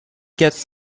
gets